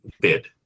bid